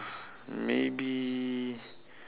maybe